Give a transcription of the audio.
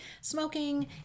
smoking